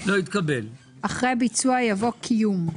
הצבעה ההסתייגות לא נתקבלה ההסתייגות לא התקבלה.